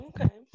Okay